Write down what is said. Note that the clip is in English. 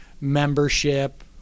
membership